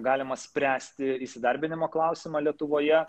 galima spręsti įsidarbinimo klausimą lietuvoje